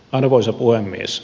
arvoisa puhemies